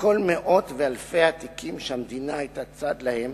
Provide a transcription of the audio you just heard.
מכל מאות ואלפי התיקים שהמדינה היתה צד להם